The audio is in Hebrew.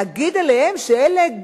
שופטות, להגיד עליהן שאלה נשים,